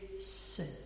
sin